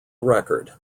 record